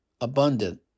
Abundant